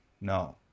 No